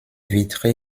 vitrée